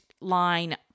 line